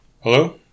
hello